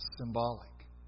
symbolic